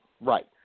right